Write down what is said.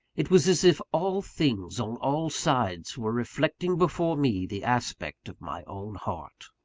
it was as if all things, on all sides, were reflecting before me the aspect of my own heart.